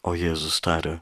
o jėzus tarė